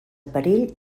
perill